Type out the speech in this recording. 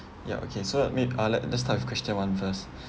ya okay so may~ uh let let's start with question one first